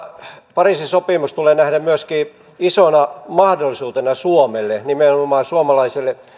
pariisin sopimus tulee nähdä myöskin isona mahdollisuutena suomelle nimenomaan suomalaisille